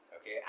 okay